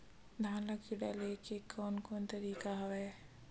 धान ल कीड़ा ले के कोन कोन तरीका हवय?